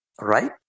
right